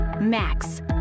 max